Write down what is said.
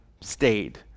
stayed